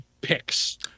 picks